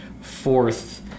fourth